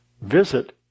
visit